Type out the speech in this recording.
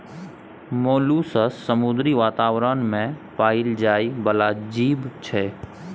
molluscs समुद्री बातावरण मे पाएल जाइ बला जीब छै